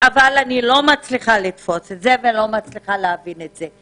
אבל אני לא מצליחה לתפוס את זה ולא מצליחה להבין את זה.